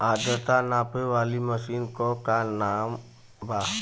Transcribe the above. आद्रता नापे वाली मशीन क का नाव बा?